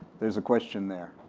there's a question there.